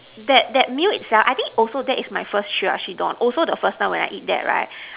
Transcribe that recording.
that that meal itself I think also that is my first Chirashi Don also the first time when I eat that right